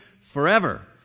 forever